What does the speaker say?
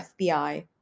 FBI